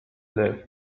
left